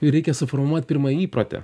reikia suformuot pirmą įprotį